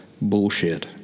bullshit